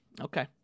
Okay